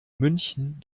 münchen